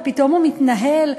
ופתאום הוא מתנהל,